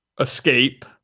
escape